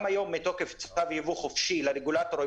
גם היום מתוקף צו יבוא חופשי לרגולטורים